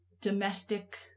domestic